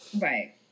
right